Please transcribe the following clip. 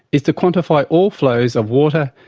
is to quantify all flows of water,